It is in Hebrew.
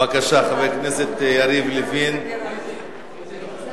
בבקשה, חבר הכנסת יריב לוין, הודעה.